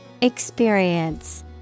Experience